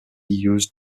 used